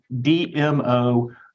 DMO